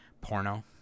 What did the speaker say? porno